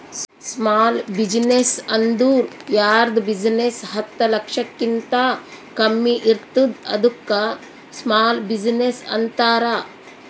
small business ಅಂದುರ್ ಯಾರ್ದ್ business ಹತ್ತ ಲಕ್ಷಕಿಂತಾ ಕಮ್ಮಿ ಇರ್ತುದ್ ಅದ್ದುಕ ಸ್ಮಾಲ್ ಬಿಜಿನೆಸ್ ಅಂತಾರ